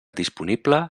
disponible